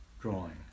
drawing